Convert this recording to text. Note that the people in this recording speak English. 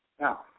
now